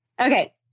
Okay